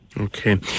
Okay